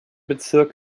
bezirk